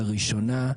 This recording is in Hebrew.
לראשונה,